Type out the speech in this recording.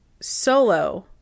Solo